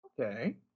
okay